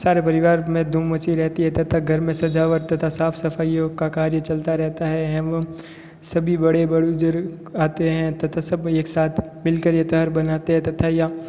सारे परिवार में धूम मची रहती है तथा घर में सजावट तथा साफ सफाईयों का कार्य चलता रहता है एवं सभी बड़े बुजुर्ग आते हैं तथा सब एक साथ मिलकर यह तार मनाते हैं तथा या